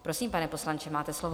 Prosím, pane poslanče, máte slovo.